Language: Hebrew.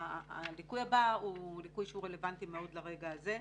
הליקוי הבא הוא ליקוי שהוא רלוונטי מאוד לרגע הזה.